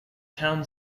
town